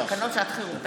תקנות שעת חירום.